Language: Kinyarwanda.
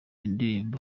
indirimbo